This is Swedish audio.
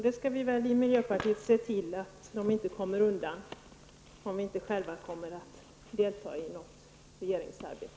Det skall vi i miljöpartiet se till att den inte kommer undan, om vi inte själva kommer att delta i något regeringsarbete.